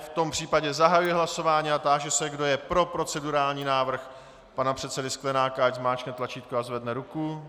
V tom případě zahajuji hlasování a táži se, kdo je pro procedurální návrh pana předsedy Sklenáka, ať zmáčkne tlačítko a zvedne ruku.